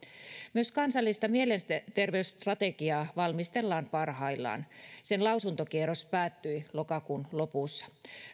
myös kansallista mielenterveysstrategiaa valmistellaan parhaillaan sen lausuntokierros päättyi lokakuun lopussa